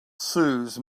soothes